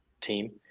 team